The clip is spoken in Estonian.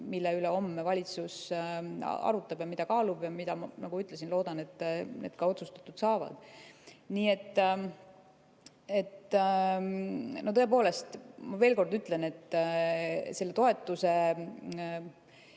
mille üle homme valitsus arutab ja mida kaalub ja mis, nagu ma ütlesin, loodan, et ka otsustatud saavad. Tõepoolest, ma veel kord ütlen, et selle toetuse,